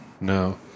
No